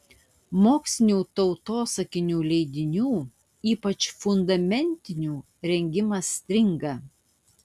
mokslinių tautosakinių leidinių ypač fundamentinių rengimas stringa